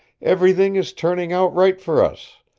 everything is turning out right for us,